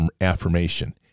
affirmation